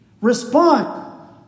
respond